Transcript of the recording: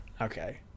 Okay